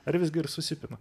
ar visgi ir susipina